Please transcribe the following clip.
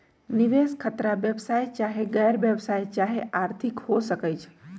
निवेश खतरा व्यवसाय चाहे गैर व्यवसाया चाहे आर्थिक हो सकइ छइ